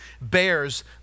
bears